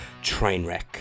Trainwreck